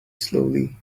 slowly